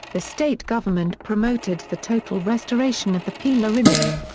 the state government promoted the total restoration of the pelourinho,